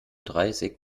dreißig